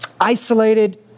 isolated